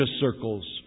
circles